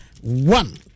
One